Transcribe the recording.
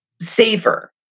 savor